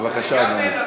בבקשה, אדוני.